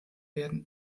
werden